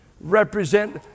represent